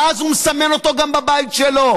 ואז הוא מסמן אותו גם בבית שלו.